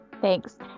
thanks